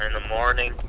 and the morning